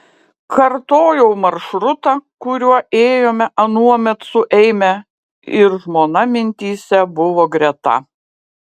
kartojau maršrutą kuriuo ėjome anuomet su eime ir žmona mintyse buvo greta